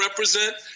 represent